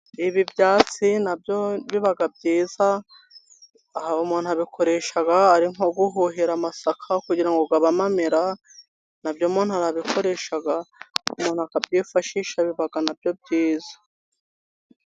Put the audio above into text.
Ibi byatsi na byo biba byiza. Aha, umuntu abikoresha ari nko guhohera amasaka kugira ngo abe amamera. Na byo, umuntu arabikoresha, umuntu akabyifashisha, biba na byo byiza.